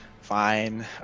Fine